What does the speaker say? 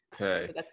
Okay